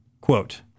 Quote